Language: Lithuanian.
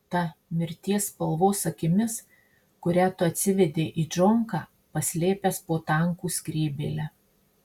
ta mirties spalvos akimis kurią tu atsivedei į džonką paslėpęs po tankų skrybėle